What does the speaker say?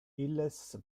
illes